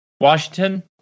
Washington